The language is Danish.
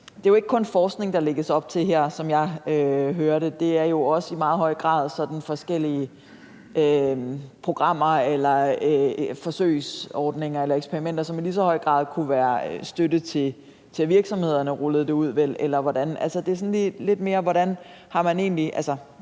Det er jo ikke kun forskning, der lægges op til her, som jeg hører det, det er også i meget høj grad sådan forskellige programmer eller forsøgsordninger eller eksperimenter, som i lige så høj grad kunne være støtte til, at virksomhederne rullede det ud, eller hvordan? Er det